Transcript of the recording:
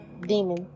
Demon